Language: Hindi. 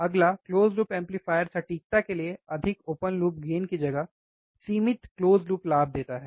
अगला क्लोज़ लूप एम्पलीफायर सटीकता के लिए अधिक ओपन लूप गेन की जगह सीमित क्लोज़ लूप लाभ देता है